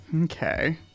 Okay